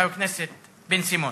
חבר הכנסת בן-סימון,